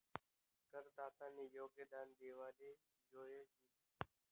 करदातानी योगदान देवाले जोयजे